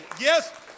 Yes